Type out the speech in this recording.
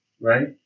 Right